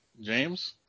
james